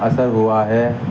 اثر ہوا ہے